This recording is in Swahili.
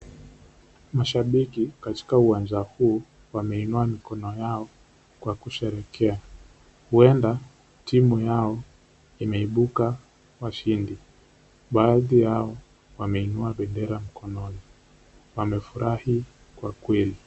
Mashabiki katika uwanja huu wameinuwa mikono yao kwa kusherekea, huenda timu yao imeibuka washindi, baadhi yao wameinuwa bendera mkononi wamefurahi kwa kweli.